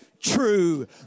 true